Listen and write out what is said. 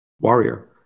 warrior